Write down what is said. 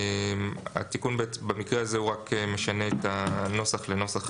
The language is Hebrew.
התיקון במקרה הזה רק משנה את הנוסח לנוסח